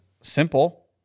simple